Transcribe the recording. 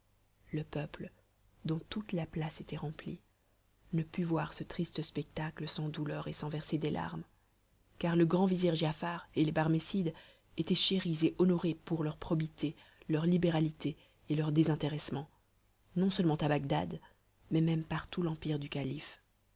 le peuple dont toute la place était remplie ne put voir ce triste spectacle sans douleur et sans verser des larmes car le grand vizir giafar et les barmécides étaient chéris et honorés pour leur probité leur libéralité et leur désintéressement non-seulement à bagdad mais même partout l'empire du calife